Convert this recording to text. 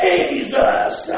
Jesus